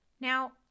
Now